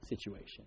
situation